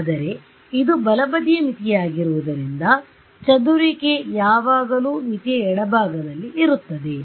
ಆದರೆ ಇದು ಬಲಬದಿಯ ಮಿತಿಯಾಗಿರುವುದರಿಂದ ಚದುರುವಿಕೆ ಯಾವಗಲು ಮಿತಿಯ ಎಡಭಾಗದಲ್ಲಿ ಇರುತ್ತದೆ